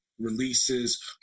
releases